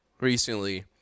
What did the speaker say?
recently